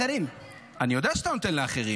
הדברים האלה שאמרת פה, אפשרתי לך להגיב.